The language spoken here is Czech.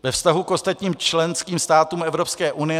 Ve vztahu k ostatním členským státům Evropské unie